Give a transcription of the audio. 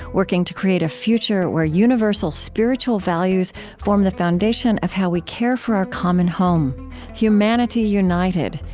working to create a future where universal spiritual values form the foundation of how we care for our common home humanity united,